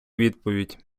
відповідь